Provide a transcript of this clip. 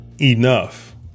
Enough